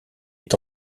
est